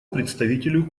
представителю